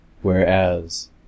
Whereas